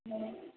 हुँ